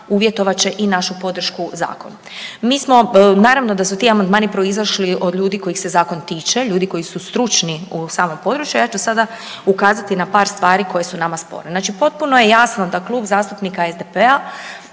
uvjetovat će i našu podršku zakonu. Mi smo, naravno da su ti amandmani proizašli od ljudi kojih se zakon tiče, ljudi koji su stručni u samom području. Ja ću sada ukazati na par stvari koje su nama sporne. Znači potpuno je jasno da Klub zastupnika SDP-a